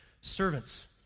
servants